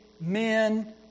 men